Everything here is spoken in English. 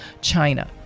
China